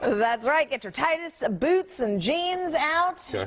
ah that's right. get your tightest boots and jeans out.